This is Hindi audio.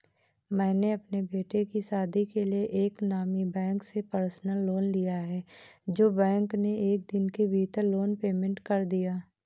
मैंने अपने बेटे की शादी के लिए एक नामी बैंक से पर्सनल लोन लिया है जो बैंक ने एक दिन के भीतर लोन पेमेंट कर दिया